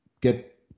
get